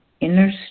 inner